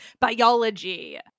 Biology